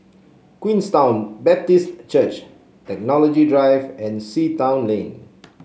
Queenstown Baptist Church Technology Drive and Sea Town Lane